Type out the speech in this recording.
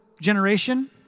generation